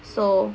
so